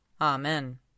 Amen